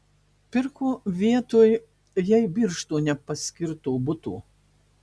pirko vietoj jai birštone paskirto buto